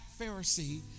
Pharisee